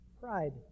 Pride